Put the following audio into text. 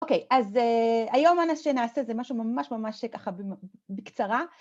אוקיי, אז היום מה שנעשה איזה משהו ממש ממש ככה בקצרה.